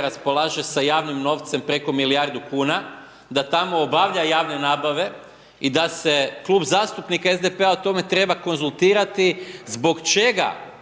raspolaže sa javnim novcem, preko milijardu kuna, da tamo obavlja javne nabave i da se Klub zastupnika SDP-a o tome treba konzultirati zbog čega